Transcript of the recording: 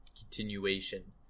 continuation